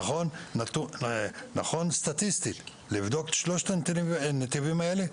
נכון סטטיסטית לבדוק את שלושת הנתיבים האלה,